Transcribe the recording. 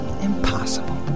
impossible